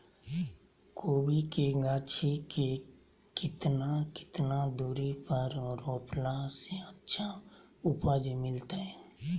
कोबी के गाछी के कितना कितना दूरी पर रोपला से अच्छा उपज मिलतैय?